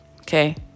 okay